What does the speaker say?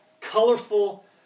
colorful